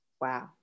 wow